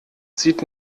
sieht